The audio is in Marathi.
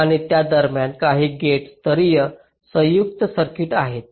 आणि त्या दरम्यान काही गेट स्तरीय संयुक्त सर्किट आहेत